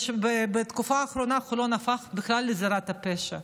בתקופה האחרונה חולון הפכה בכלל לזירת פשע.